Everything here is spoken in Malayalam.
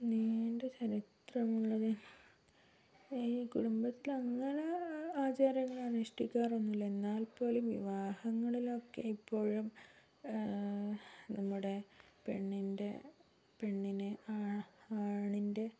നീണ്ട ചരിത്രമുള്ളത് ഈ കുടുംബത്തിൽ അങ്ങനെ ആചാരങ്ങൾ അനുഷ്ഠിക്കാറൊന്നുമില്ല എന്നാൽപ്പോലും വിവാഹങ്ങളിലൊക്കെ ഇപ്പോഴും നമ്മുടെ പെണ്ണിൻ്റെ പെണ്ണിനെ ആണിൻ്റെ